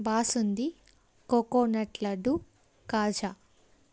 basundi coconut laddu కాజా